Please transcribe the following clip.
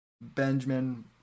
Benjamin